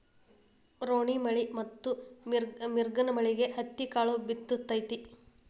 ರೋಣಿಮಳಿ ಮತ್ತ ಮಿರ್ಗನಮಳಿಗೆ ಹತ್ತಿಕಾಳ ಬಿತ್ತು ತತಿ